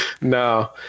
no